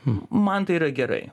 man tai yra gerai